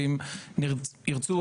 ואם ירצו,